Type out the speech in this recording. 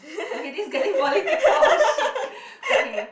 okay this is getting political shit okay